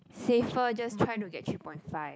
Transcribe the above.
safer just try to get three point five